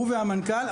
הוא והמנכ"ל.